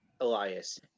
Elias